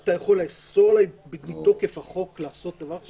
אתה יכול לאסור עלי מתוקף החוק לעשות דבר כזה?